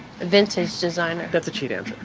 vintage designer. that's a cheat answer.